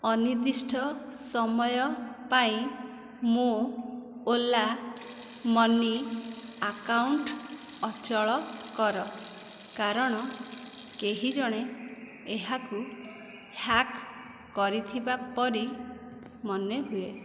ଅନିର୍ଦ୍ଦିଷ୍ଟ ସମୟ ପାଇଁ ମୋ' ଓଲା ମନି ଆକାଉଣ୍ଟ ଅଚଳ କର କାରଣ କେହିଜଣେ ଏହାକୁ ହ୍ୟାକ୍ କରିଥିବା ପରି ମନେହୁଏ